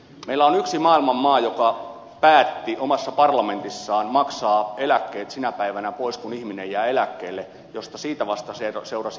meillä on yksi maailman maa joka päätti omassa parlamentissaan maksaa eläkkeet sinä päivänä pois kun ihminen jää eläkkeelle ja siitä vasta seurasi kaaos